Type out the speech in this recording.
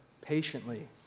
patiently